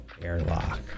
airlock